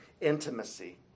intimacy